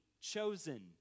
chosen